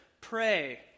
Pray